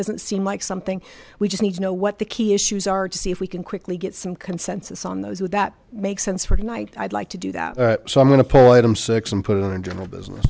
doesn't seem like something we just need to know what the key issues are to see if we can quickly get some consensus on those would that make sense for tonight i'd like to do that so i'm going to pull out i'm six and put in a general business